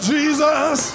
Jesus